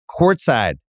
courtside